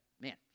man